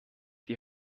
die